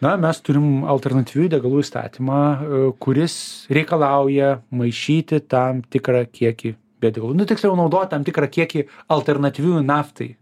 na mes turim alternatyvių degalų įstatymą kuris reikalauja maišyti tam tikrą kiekį bet jau nu tiksliau naudoti tam tikrą kiekį alternatyvių naftai